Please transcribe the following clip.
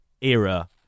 era